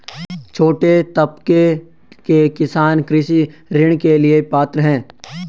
छोटे तबके के किसान कृषि ऋण के लिए पात्र हैं?